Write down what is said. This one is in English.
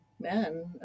men